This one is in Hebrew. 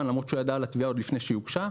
למרות שהוא ידע על התביעה עוד לפני שהיא הוגשה.